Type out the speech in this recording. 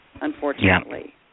unfortunately